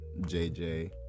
JJ